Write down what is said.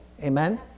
Amen